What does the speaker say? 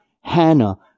Hannah